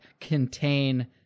contain